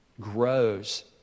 grows